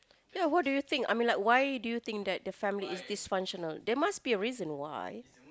ya what do you think I mean like why do you think that the family is dysfunctional there must be a reason why